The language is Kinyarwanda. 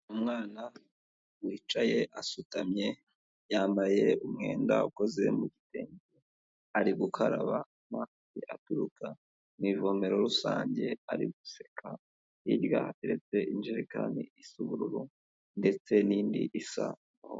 Umwana wicaye asutamye, yambaye umwenda ukoze mu bitenge, ari gukaraba amazi aturuka mu ivomero rusange, ari guseka, hirya hateretse injerekani isa ubururu ndetse n'indi isa.